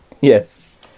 Yes